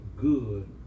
good